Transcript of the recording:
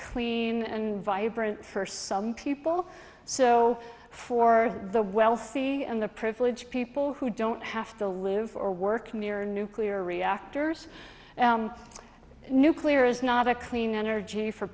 clean and vibrant for some people so for the wealthy and the privileged people who don't have to live or work near nuclear reactors nuclear is not a clean energy for